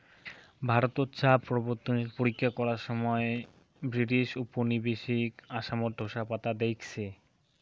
ভারতত চা প্রবর্তনের পরীক্ষা করার সমাই ব্রিটিশ উপনিবেশিক আসামত ঢোসা পাতা দেইখছে